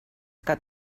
que